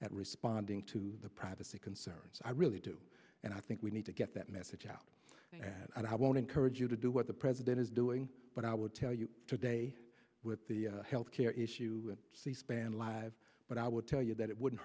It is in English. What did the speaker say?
at responding to the privacy concerns i really do and i think we need to get that message out and i won't encourage you to do what the president is doing but i would tell you today with the health care issue c span live but i would tell you that it wouldn't